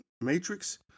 matrix